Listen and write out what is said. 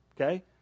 Okay